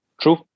True